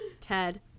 Ted